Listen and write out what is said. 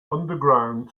underground